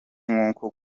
nko